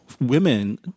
women